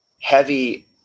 heavy